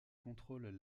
contrôlent